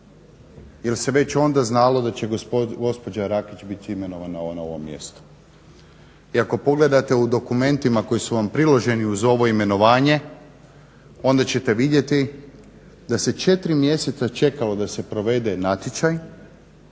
jer se već onda znalo da će gospođa Rakić biti imenovana na ovo mjesto. I ako pogledate u dokumentima koji su vam priloženi uz ovo imenovanje onda ćete vidjeti da se 4 mjeseca čekalo da se provede natječaj